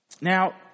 Now